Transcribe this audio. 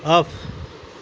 off